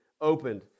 opened